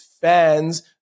fans